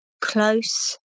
close